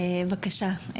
בבקשה.